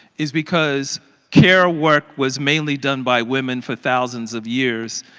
is because care work was mainly done by women for thousands of years.